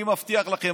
אני מבטיח לכם,